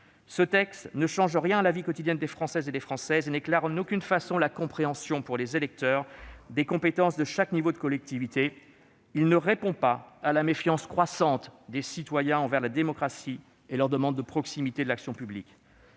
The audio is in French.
de loi ne change rien à la vie quotidienne des Françaises et des Français et n'éclaire en aucune façon la compréhension pour les électeurs des compétences de chaque niveau de collectivité. Il ne répond pas à la méfiance croissante des citoyens envers la démocratie et à leur demande de proximité de l'action publique.